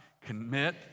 commit